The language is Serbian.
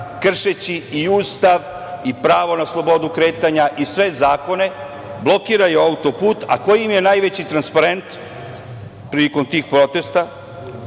kršeći i Ustav i pravo na slobodu kretanja i sve zakone, blokiraju auto-put. A koji im je najveći transparent prilikom tih protesta?